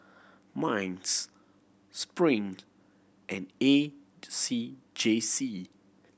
MINDS Spring and A C J C